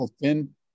thin